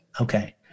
okay